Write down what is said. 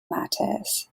matters